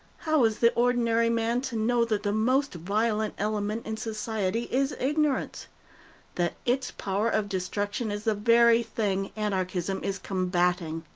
how is the ordinary man to know that the most violent element in society is ignorance that its power of destruction is the very thing anarchism is combating?